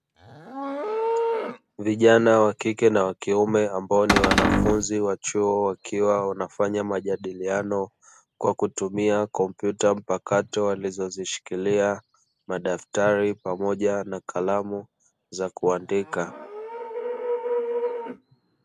Vijana wa kike na wakiume ambao ni wanafunzi wa chuo wakiwa wanafanya majadiliano kwa kutumia kompyuta mpakato, walizozishikiria madaftari, pamoja na kalamu za kuandika.